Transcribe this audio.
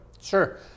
Sure